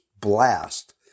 blast